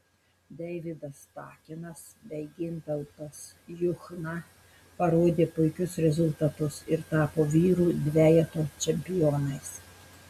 deividas takinas bei gintautas juchna parodė puikius rezultatus ir tapo vyrų dvejeto čempionais